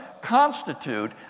constitute